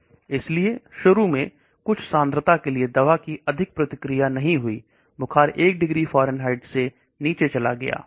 इसलिए शुरू में सांद्रता के लिए दवा की अधिक प्रतिक्रिया नहीं हुई और 1 डिग्री फारेनहाइट से नीचे चला गया